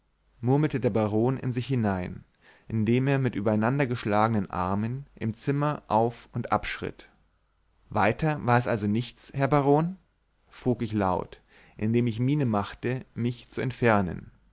murmelte der baron in sich hinein indem er mit übereinandergeschlagenen armen im zimmer auf und abschritt weiter war es also nichts herr baron frug ich laut indem ich miene machte mich zu entfernen